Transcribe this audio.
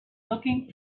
looking